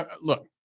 Look